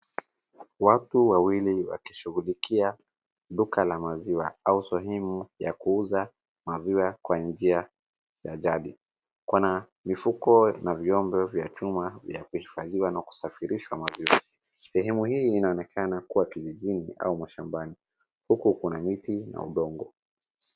Watu wawili wakishughulikia duka la maziwa au sehemu ya kuuza maziwa kwa njia ya jadi, kuna mifuko na vyombo vya chuma vya kuhifadhia na kusafirisha maziwa hii. Sehemu hii inaonekana kuwa kijijini au mashambani huku kuna miti na udongo.